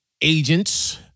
agents